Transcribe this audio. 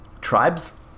tribes